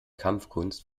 kampfkunst